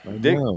Dick